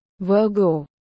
Virgo